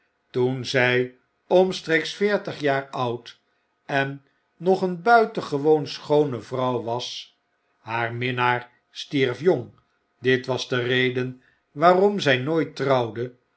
toen zij omstreeks veertig jaar oud en nog een buitengewoon schoone vrouw was haar minnaar stierf jong dit was de reden waarom zy nooit trouwde